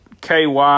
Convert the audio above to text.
ky